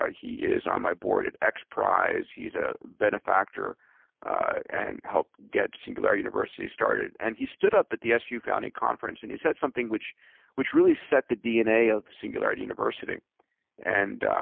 ah he is on my board at at xprize, he's a benefactor and helped get singularity university started, and he stood up at the su founding conference, and he said something which which really set the dna of singularity university and